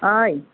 ओइ